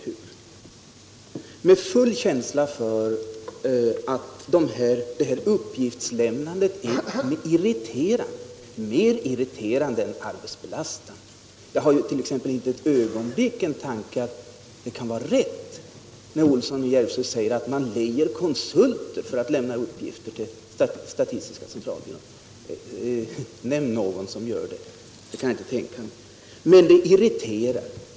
Jag har full förståelse för att det här uppgiftslämnandet är irriterande, mer irriterande än arbetsbelastande, men jag kan inte för ett ögonblick tro att det är riktigt som herr Olsson i Järvsö säger, att man lejer konsulter för att lämna uppgifter till statistiska centralbyrån. Nämn någon som gör det, herr Olsson! Jag kan inte tänka mig detta. Men uppgiftslämnandet är som sagt irriterande.